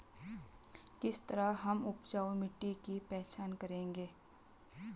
किस तरह हम उपजाऊ मिट्टी की पहचान करेंगे?